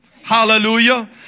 hallelujah